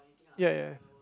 ya ya